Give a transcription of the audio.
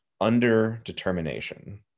under-determination